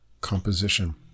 composition